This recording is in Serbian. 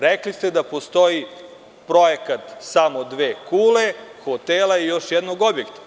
Rekli ste da postoji projekat samo dve kule, hotela i još jednog objekta.